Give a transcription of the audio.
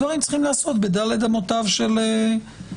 הדברים צריכים להיעשות בד' אמותיו של החוק.